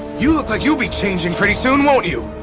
you look like you'll be changing pretty soon, won't you?